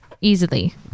easily